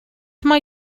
mae